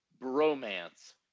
bromance